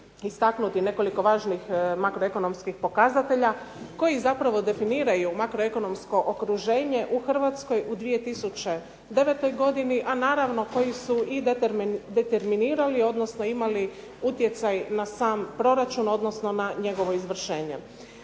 istaknuti ovdje nekoliko važnih makroekonomskih pokazatelja koji zapravo definiraju makroekonomsko okruženje u Hrvatskoj u 2009., a naravno koji su i determinirali odnosno imali utjecaj na sam proračun, odnosno na njegovo izvršenje.